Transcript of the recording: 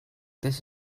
this